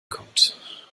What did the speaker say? kommt